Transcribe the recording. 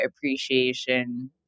appreciation